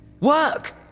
Work